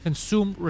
Consume